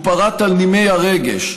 הוא פרט על נימי הרגש,